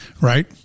Right